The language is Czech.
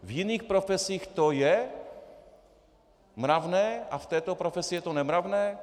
V jiných profesích to je mravné a v této profesi je to nemravné?